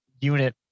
unit